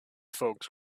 folks